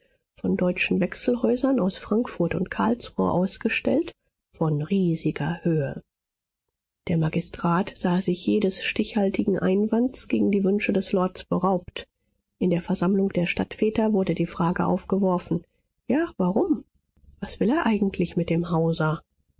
von deutschen wechselhäusern aus frankfurt und karlsruhe ausgestellt von riesiger höhe der magistrat sah sich jedes stichhaltigen einwands gegen die wünsche des lords beraubt in der versammlung der stadtväter wurde die frage aufgeworfen ja warum was will er eigentlich mit dem hauser